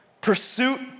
pursuit